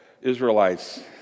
Israelites